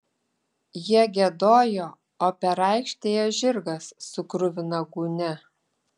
jie giedojo o per aikštę ėjo žirgas su kruvina gūnia